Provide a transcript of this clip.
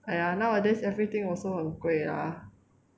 !aiya! nowadays everything also 很贵 lah